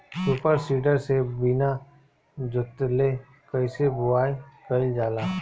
Super seeder से बीना जोतले कईसे बुआई कयिल जाला?